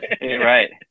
right